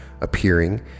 appearing